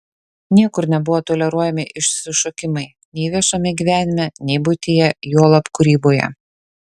niekur nebuvo toleruojami išsišokimai nei viešame gyvenime nei buityje juolab kūryboje